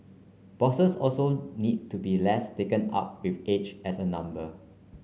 bosses also need to be less taken up with age as a number